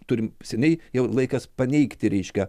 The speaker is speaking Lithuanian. turim seniai jau laikas paneigti reiškia